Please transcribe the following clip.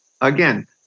Again